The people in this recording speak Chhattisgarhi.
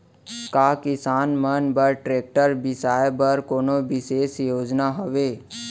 का किसान मन बर ट्रैक्टर बिसाय बर कोनो बिशेष योजना हवे?